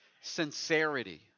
sincerity